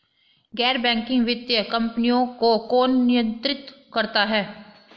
गैर बैंकिंग वित्तीय कंपनियों को कौन नियंत्रित करता है?